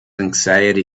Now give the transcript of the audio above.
anxiety